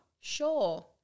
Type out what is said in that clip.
Sure